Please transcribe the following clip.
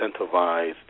incentivized